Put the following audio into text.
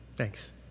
Thanks